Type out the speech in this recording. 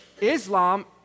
Islam